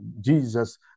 Jesus